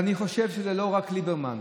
ואני חושב שזה לא רק ליברמן,